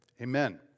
Amen